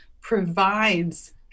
provides